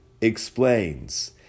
explains